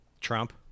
Trump